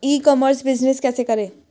ई commerce business कैसे करें?